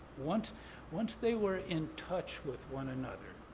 once once they were in touch with one another.